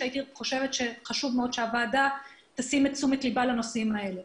ואני חושבת שחשוב מאוד שהוועדה תשים את תשומת ליבה לנושאים האלה.